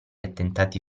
attentati